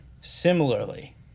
Similarly